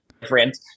different